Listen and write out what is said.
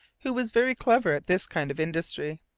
who was very clever at this kind of industry.